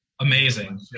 Amazing